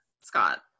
Scott